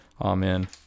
Amen